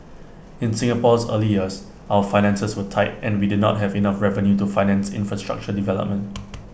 in Singapore's early years our finances were tight and we did not have enough revenue to finance infrastructure development